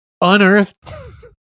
Unearthed